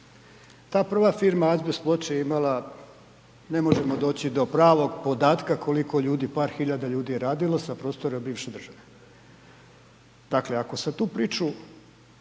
Ta prva firma „Azbest“ Ploče je imala ne možemo doći do pravog podatka koliko ljudi, par hiljada ljudi je radilo sa prostora bivše države. Dakle ako sada tu priču